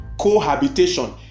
cohabitation